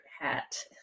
hat